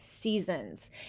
seasons